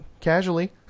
casually